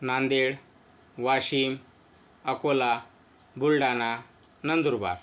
Nanded Washim Akola Buldhana Nandurbar